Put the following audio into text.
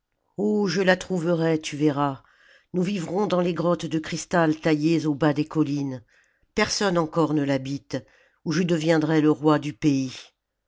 je la trouverai tu verras nous vivrons dans les grottes de cristal taillées au bas des collines personne encore ne l'habite ou je deviendrai le roi du pays